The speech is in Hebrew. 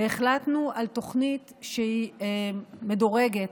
והחלטנו על תוכנית שהיא מדורגת,